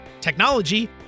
technology